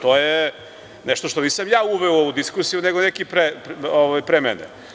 To je nešto što nisam ja uveo u ovu diskusiju nego neko pre mene.